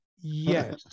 yes